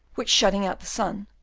which shutting out the sun,